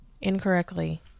incorrectly